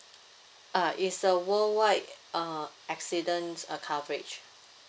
uh it's a worldwide uh accidents uh coverage